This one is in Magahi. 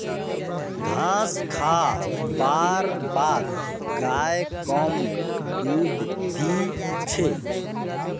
घास खा बार बाद गाय कम दूध दी छे